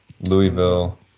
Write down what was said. Louisville